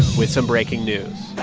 with some breaking news